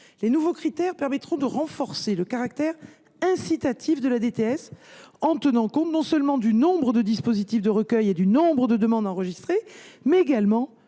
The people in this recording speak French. Les nouveaux critères permettront de renforcer le caractère incitatif de la DTS en tenant compte non seulement du nombre de dispositifs de recueil et du nombre de demandes enregistrées, mais également